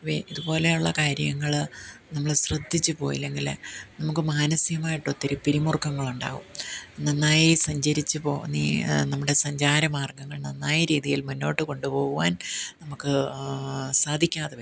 വേ ഇതുപോലെയുള്ള കാര്യങ്ങൾ നമ്മൾ ശ്രദ്ധിച്ച് പോയില്ലെങ്കിൽ നമുക്ക് മാനസികമായിട്ട് ഒത്തിരി പിരിമുറുക്കങ്ങൾ ഉണ്ടാവും നന്നായി സഞ്ചരിച്ച് പോ നീ നമ്മുടെ സഞ്ചാരമാർഗ്ഗങ്ങൾ നന്നായി രീതിയിൽ മുന്നോട്ട് കൊണ്ടുപോകുവാൻ നമുക്ക് സാധിക്കാതെ വരും